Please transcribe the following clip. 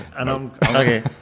Okay